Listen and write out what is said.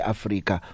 Africa